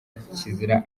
kizira